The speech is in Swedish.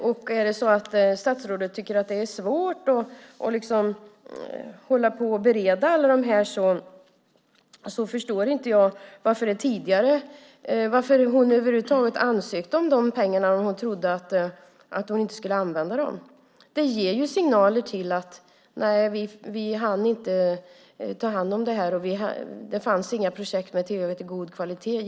Om statsrådet tycker att det är svårt att hålla på och bereda allt detta förstår jag inte varför hon över huvud taget ansökte om pengarna om hon trodde att hon inte skulle använda dem. Det ger signaler om att man inte hann ta hand om det och att det inte fanns några projekt med tillräckligt god kvalitet.